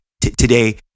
today